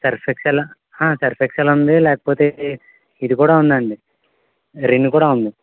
Surf Excel Surf Excel ఉంది లేకపోతే ఇది కూడా ఉందండి రిన్ కూడా ఉంది